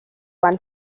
won